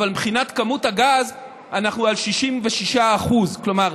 אבל מבחינת כמות הגז אנחנו על 66%. כלומר,